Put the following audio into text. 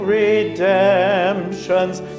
redemption's